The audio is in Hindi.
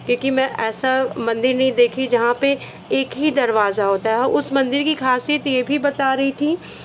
क्योंकि मैं ऐसा मंदिर नहीं देखी जहाँ पे एक ही दरवाज़ा होता है उस मंदिर की खासियत ये भी बता रही थी